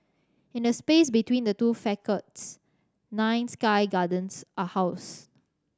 in a space between the two nine sky gardens are housed